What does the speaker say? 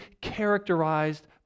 characterized